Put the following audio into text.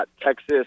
Texas